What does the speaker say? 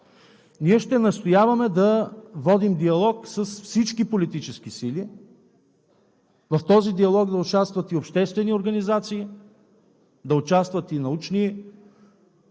ще настояваме да водим диалог с всички политически сили. В този диалог да участват и обществени организации, да участват и от научната